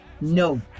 no